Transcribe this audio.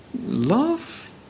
Love